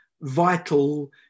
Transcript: vital